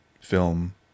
film